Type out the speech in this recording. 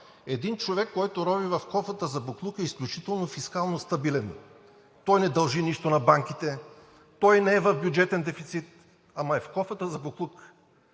Един човек, който рови в кофата за боклук, е изключително фискално стабилен, не дължи нищо на банките, не е в бюджетен дефицит, ама е в кофата за боклук,